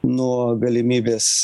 nuo galimybės